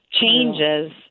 changes